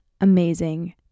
amazing